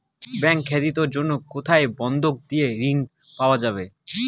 Bank ব্যাতীত অন্য কোথায় বন্ধক দিয়ে ঋন পাওয়া যাবে?